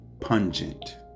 pungent